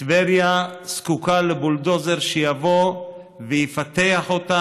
טבריה זקוקה לבולדוזר שיבוא ויפתח אותה.